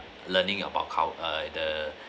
learning about how err the